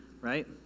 right